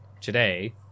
today